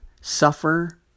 suffer